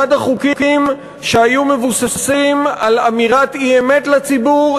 אחד החוקים שהיו מבוססים על אמירת אי-אמת לציבור,